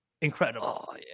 incredible